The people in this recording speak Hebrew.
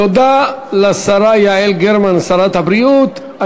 תודה לשרה יעל גרמן, שרת הבריאות.